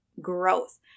growth